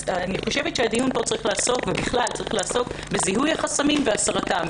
אני חושבת שהדיון פה צריך לעסוק בזיהוי החסמים ובהסרתם,